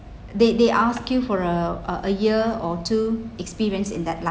they they ask you for a a year or two experience in that li~